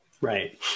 Right